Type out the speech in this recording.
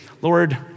Lord